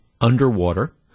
underwater